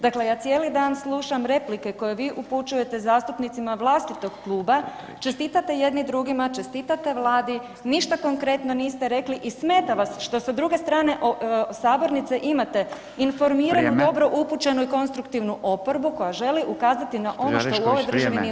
Dakle ja cijeli dan slušam replike koje vi upućujete zastupnicima vlastitog kluba, čestitate jedni drugima, čestitati Vladi, ništa konkretno niste rekli i smeta vas što sa druge strane sabornice imate [[Upadica Radin: Vrijeme.]] informiranu, dobro upućenu i konstruktivnu oporbu koja želi ukazati na ono što nije u ovoj državi nije u redu.